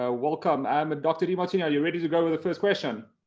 ah welcome. um dr. demartini. are you ready to go with the first question?